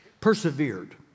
persevered